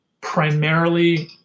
primarily